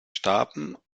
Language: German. starben